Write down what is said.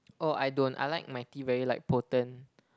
oh I don't I like my tea very like potent